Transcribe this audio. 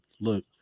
Look